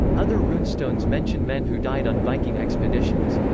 other runestones mention men who died on viking expeditions.